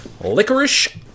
Licorice